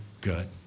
good